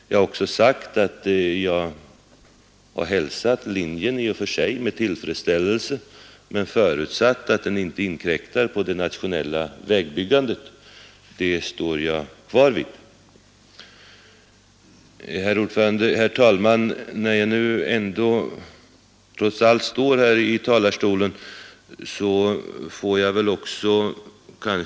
Jag har också sagt att jag i och för sig har hälsat linjen Malmö— Köpenhamn med tillfredsställelse men förutsatt att den inte inkräktar på det nationella vägbyggandet. Den ståndpunkten står jag kvar vid. jag nu trots allt står här i talarstolen, får jag kanske Herr talman!